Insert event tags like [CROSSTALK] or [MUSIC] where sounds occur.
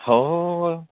[UNINTELLIGIBLE]